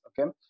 okay